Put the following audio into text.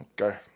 Okay